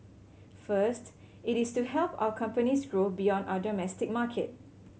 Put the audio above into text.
first it is to help our companies grow beyond our domestic market